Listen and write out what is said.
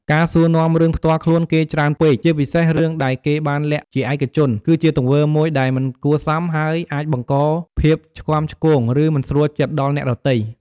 ការសួរនាំរឿងផ្ទាល់ខ្លួនគេច្រើនពេក ជាពិសេសរឿងដែលគេបានលាក់ជាឯកជន គឺជាទង្វើមួយដែល មិនគួរសម ហើយអាចបង្ក ភាពឆ្គាំឆ្គង ឬមិនស្រួលចិត្ត ដល់អ្នកដទៃ។